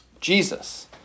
Jesus